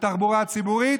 בתחבורה הציבורית,